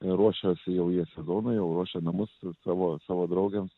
ruošias jau jie sezonui jau ruošia namus savo savo draugėms